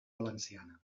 valenciana